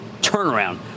turnaround